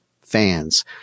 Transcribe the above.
fans